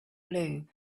blue